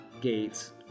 gates